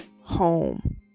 home